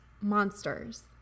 monsters